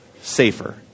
safer